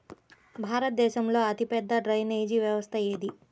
భారతదేశంలో అతిపెద్ద డ్రైనేజీ వ్యవస్థ ఏది?